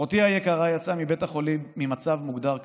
אחותי היקרה יצאה מבית החולים ממצב שמוגדר קשה,